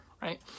right